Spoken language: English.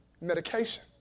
medication